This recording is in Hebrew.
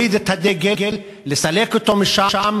אני קורא להוריד את הדגל, לסלק אותו משם.